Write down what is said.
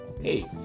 Hey